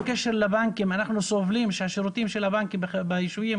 בקשר לבנקים אנחנו סבורים שהשירותים של הבנקים ביישובים